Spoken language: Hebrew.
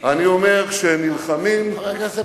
לא מסכים עם עצמך.